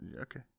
Okay